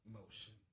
motion